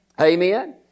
Amen